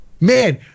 Man